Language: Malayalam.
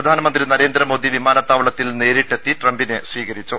പ്രധാനമന്ത്രി നരേന്ദ്ര മോദി വിമാനത്താവളത്തിൽ നേരിട്ടെത്തി ട്രംപിനെ സ്വീകരിച്ചു